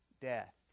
death